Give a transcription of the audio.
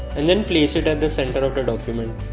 and then place it at the center of the document